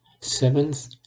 seventh